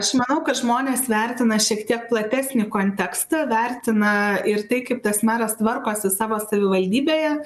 aš manau kad žmonės vertina šiek tiek platesnį kontekstą vertina ir tai kaip tas meras tvarkosi savo savivaldybėje